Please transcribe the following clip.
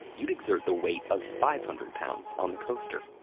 you'd exert the weight of five hundred lbs on the coaster.